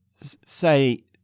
say